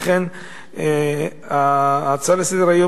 עולה היום ההצעה לסדר-היום,